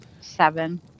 seven